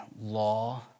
law